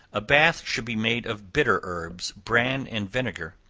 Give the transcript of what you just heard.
a bath should be made of bitter herbs, bran and vinegar,